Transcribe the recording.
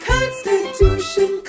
Constitution